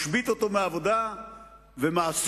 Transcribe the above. משבית אותו מעבודה ומעסיק